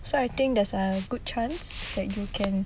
so I think there's a good chance you can